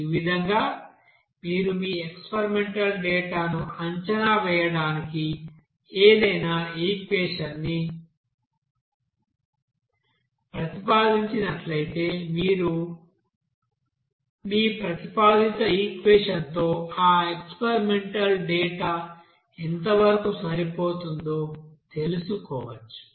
ఈవిధంగా మీరు మీ ఎక్స్పెరిమెంటల్ డేటా ను అంచనావేయడానికి ఏదైనా ఈక్వెషన్ ని ప్రతిపాదించినట్లయితే మీ ప్రతిపాదిత ఈక్వెషన్తో ఆ ఎక్స్పెరిమెంటల్ డేటా ఎంతవరకు సరిపోతుందో తెలుసుకోవచ్చు